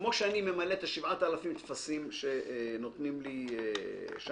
כמו שאני ממלא את 7,000 הטפסים שנותנים לי שם,